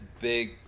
big